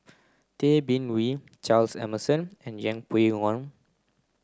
Tay Bin Wee Charles Emmerson and Yeng Pway Ngon